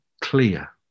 clear